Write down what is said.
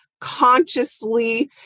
Consciously